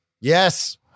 Yes